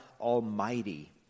Almighty